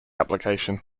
application